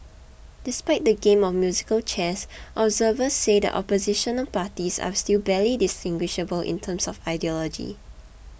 despite the game of musical chairs observers say the Opposition parties are still barely distinguishable in terms of ideology